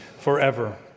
Forever